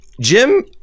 Jim